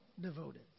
devoted